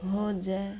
हो जए